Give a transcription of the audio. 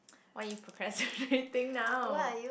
why are you procrastinating now